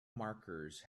markers